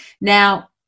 Now